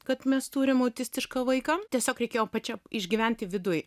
kad mes turim autistišką vaiką tiesiog reikėjo pačiam išgyventi viduj